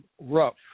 rough